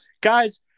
Guys